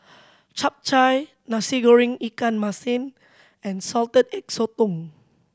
Chap Chai Nasi Goreng ikan masin and Salted Egg Sotong